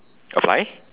a fly